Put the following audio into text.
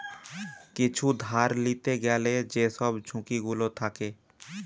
কিছু ধার লিতে গ্যালে যেসব ঝুঁকি গুলো থাকে